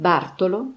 Bartolo